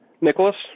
Nicholas